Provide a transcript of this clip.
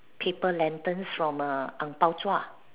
paper lanterns from err ang-bao